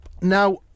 Now